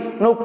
no